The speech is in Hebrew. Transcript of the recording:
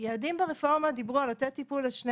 הילדים ברפורמה דיברו על לתת טיפול לשני